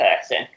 person